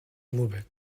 lübeck